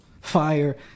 Fire